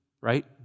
right